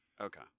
Okay